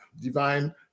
divine